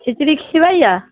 खिचड़ी खिबैए